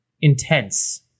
intense